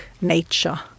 nature